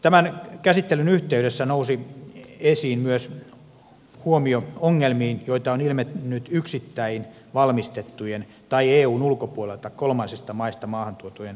tämän käsittelyn yhteydessä nousi esiin myös huomio koskien ongelmia joita on ilmennyt yksittäin valmistettujen tai eun ulkopuolelta kolmansista maista maahan tuotujen ajoneuvojen rekisteröinnissä